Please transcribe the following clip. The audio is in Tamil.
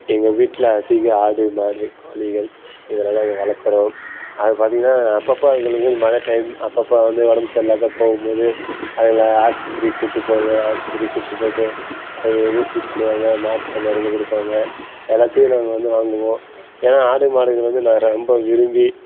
எங்கள் வீட்டில் அதிக ஆடு மாடு கோழிகள் இதெல்லாம் நாங்கள் வளர்க்குறோம் அதை பார்த்தீங்கன்னா அப்பப்ப அதுங்களுக்கு மழை டைம் அப்பப்ப வந்து உடம்பு சரியில்லாத போகும்போது அதுங்களை ஹாஸ்பத்திரிக்கு கூப்பிட்டு போவோம் ஹாஸ்பத்திரிக்கு கூப்பிட்டு போய்ட்டு அதுக்கு ஊசி போடுவாங்க மாத்திரை மருந்து கொடுப்பாங்க எல்லாத்தையும் நாங்கள் வந்து வாங்குவோம் ஏன்னா ஆடு மாடுகள் வந்து நான் ரொம்ப விரும்பி